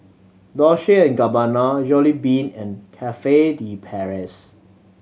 Dolce and Gabbana Jollibean and Cafe De Paris